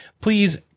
please